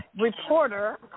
reporter